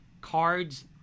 Cards